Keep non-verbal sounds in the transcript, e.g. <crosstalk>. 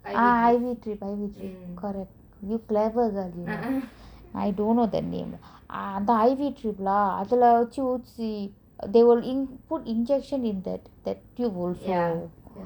ah I_V drip I_V drip correct you clever lah you know I don't know the name <breath> ah அந்த:antha I_V drip lah அதுல வச்சு ஊசி:athula vachu oosi they will in put injection in that that tube also